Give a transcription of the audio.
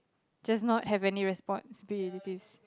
just not have any responsibilities